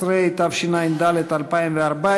13), התשע"ד 2014,